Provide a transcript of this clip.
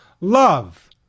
love